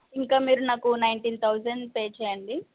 ఇంకా మీరు నాకు నైంటీన్ థౌజండ్ పే చేయండి